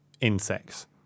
insects